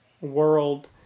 world